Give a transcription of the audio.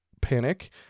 panic